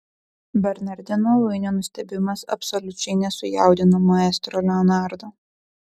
bernardino luinio nustebimas absoliučiai nesujaudino maestro leonardo